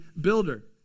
builder